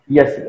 Yes